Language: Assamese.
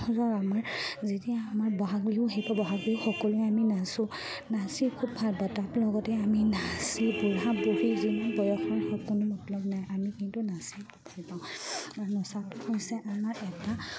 আৰু আমাৰ যেতিয়া আমাৰ বহাগ বিহু সেইটো বহাগ বিহুত সকলোৱে আমি নাচোঁ নাচি খুব ভাল পাওঁ তাত লগতে আমি নাচি বুঢ়া বুঢ়ী যিমান বয়সৰ সকলো উপলব্ধ নাই আমি কিন্তু নাচি খুব ভাল পাওঁ আৰু নচা হৈছে আমাৰ এটা